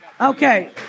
Okay